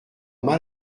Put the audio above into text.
mal